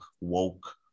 woke